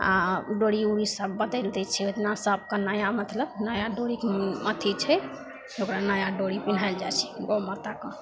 आओर डोरी उरी सब बदलि दै छै ओहिदिना सभके नया मतलब नया डोरीके अथी छै ओकरा नया डोरी पिन्हाएल जाइ छै गउ माताके